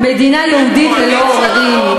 מדינה יהודית ללא עוררין,